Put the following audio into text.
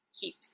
keep